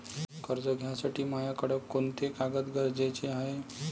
कर्ज घ्यासाठी मायाकडं कोंते कागद गरजेचे हाय?